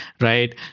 right